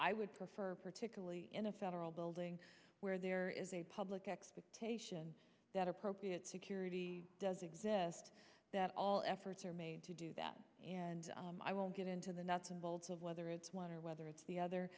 i would prefer particularly in a federal building where there is a public expectation that appropriate security does exist that all efforts are made to do that and i won't get into the nuts and bolts of whether it's one or whether it's the other